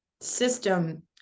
system